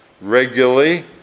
regularly